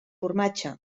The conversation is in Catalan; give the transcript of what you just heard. formatge